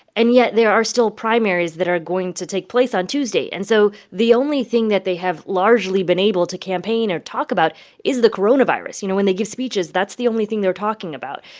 and yet, there are still primaries that are going to take place on tuesday. and so the only thing that they have largely been able to campaign or talk about is the coronavirus. you know, when they give speeches, that's the only thing they're talking about.